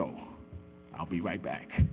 go i'll be right back